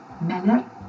Meller